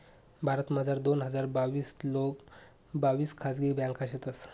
भारतमझार दोन हजार बाविस लोंग बाविस खाजगी ब्यांका शेतंस